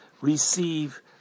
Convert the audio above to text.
receive